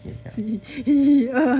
okay 讲